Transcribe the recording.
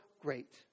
great